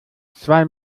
zwei